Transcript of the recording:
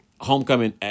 Homecoming